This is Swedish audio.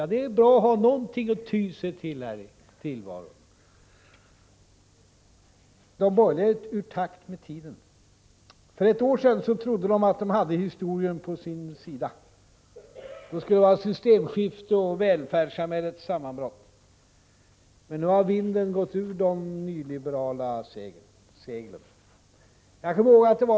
Ja, det är bra att ha någonting att ty sig till här i tillvaron. De borgerliga är ur takt med tiden. För ett år sedan trodde de att de hade historien på sin sida. Då skulle det bli systemskifte och välfärdssamhällets sammanbrott. Men nu har vinden gått ur de nyliberala seglen.